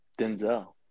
Denzel